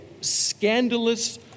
scandalous